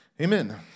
Amen